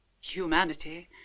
Humanity